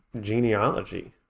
genealogy